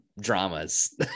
dramas